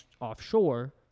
offshore